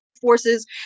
forces